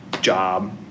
job